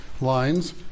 lines